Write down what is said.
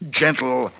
gentle